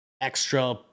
extra